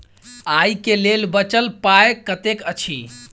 आइ केँ लेल बचल पाय कतेक अछि?